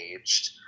aged